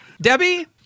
Debbie